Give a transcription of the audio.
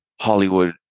Hollywood